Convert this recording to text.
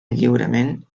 lliurement